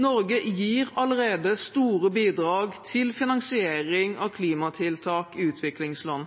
Norge gir allerede store bidrag til finansiering av klimatiltak i